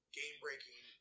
game-breaking